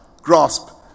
grasp